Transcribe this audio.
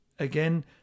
Again